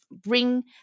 bring